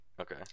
okay